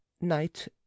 night